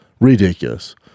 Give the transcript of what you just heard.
Ridiculous